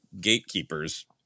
gatekeepers